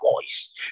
voice